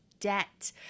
debt